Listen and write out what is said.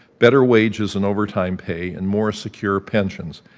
better wages and overtime pay, and more secure pensions.